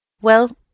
Well